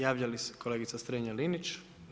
Javlja se kolegica Strenja-Linić.